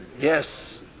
Yes